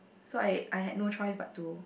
so I I had no choice but to